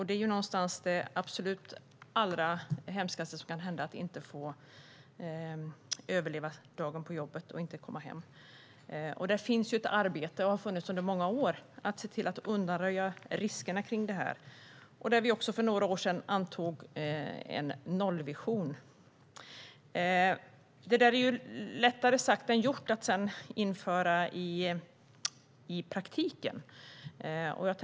Det är absolut det mest hemska som kan hända att inte överleva dagen på jobbet och inte komma hem. Det har funnits ett arbete under många år för att se till att undanröja sådana risker, och för några år sedan antog vi en nollvision. Det där är lättare sagt än gjort. Det är svårare att sedan införa det i praktiken.